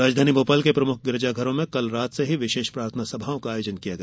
राजधानी भोपाल के प्रमुख गिरजाघरों में कल रात से ही विशेष प्रार्थना सभाओं का आयोजन किया गया